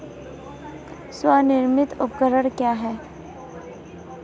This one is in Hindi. स्वनिर्मित उपकरण क्या है?